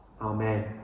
Amen